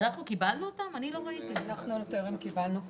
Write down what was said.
אנחנו קיבלנו אותן?